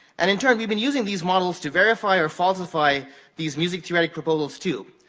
and in turn, we've been using these models to verify or falsify these music theory proposals too,